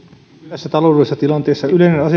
tässä taloudellisessa tilanteessa yleinen asevelvollisuus